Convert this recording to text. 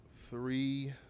three